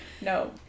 No